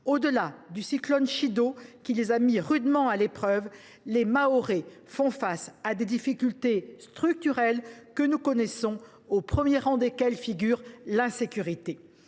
Au delà du cyclone Chido, qui les a mis rudement à l’épreuve, les Mahorais font face à des difficultés structurelles que nous connaissons bien, au premier rang desquelles figure l’insécurité.